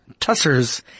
tussers